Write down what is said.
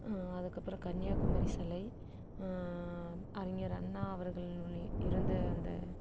அதுக்கப்புறம் கன்னியாகுமரி சிலை அறிஞர் அண்ணா அவர்களின் இருந்த அந்த